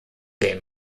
der